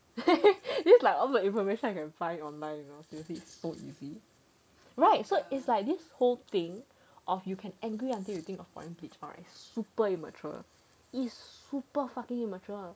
these are all the information I can find online you know seriously so easy right so is like this whole thing of you can angry until you think of pouring bleach is super immature is super fucking immature